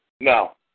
No